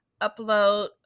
upload